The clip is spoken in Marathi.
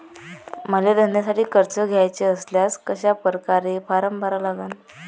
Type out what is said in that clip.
मले धंद्यासाठी कर्ज घ्याचे असल्यास कशा परकारे फारम भरा लागन?